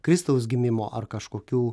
kristaus gimimo ar kažkokių